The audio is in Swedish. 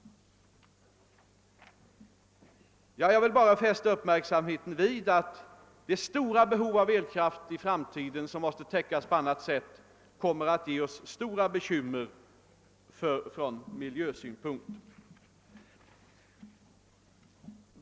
Jag vill fästa uppmärksamheten på att det stora behovet i framtiden av elkraft, vilket måste täckas på annat sätt än med vattenkraft, kommer att ge oss stora bekymmer från miljövårdssynpunkt.